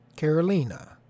Carolina